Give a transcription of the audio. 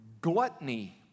gluttony